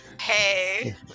Hey